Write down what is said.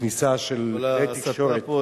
כניסה של כלי תקשורת,